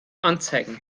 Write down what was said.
anzeigen